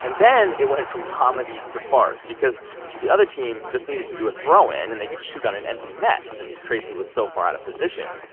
then, it went from comedy to farce because the other team just needed to do a throw-in and they could shoot on an empty net since tracey was so far out of position.